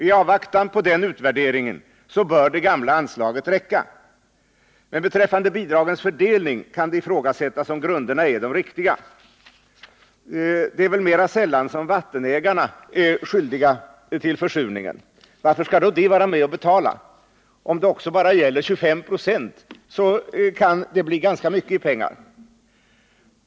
I avvaktan på den utvärderingen bör det gamla anslaget räcka. Men beträffande bidragens fördelning kan det ifrågasättas, om grunderna är de rätta. Det är väl mera sällan som vattenägarna är skyldiga till försurningen. Varför skall då de vara med och betala? Även om det bara gäller 25 96, kan det bli mycket i pengar.